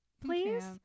please